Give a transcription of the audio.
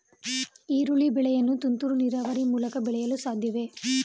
ಈರುಳ್ಳಿ ಬೆಳೆಯನ್ನು ತುಂತುರು ನೀರಾವರಿ ಮೂಲಕ ಬೆಳೆಸಲು ಸಾಧ್ಯವೇ?